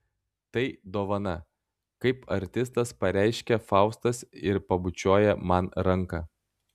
tai dovana kaip artistas pareiškia faustas ir pabučiuoja man ranką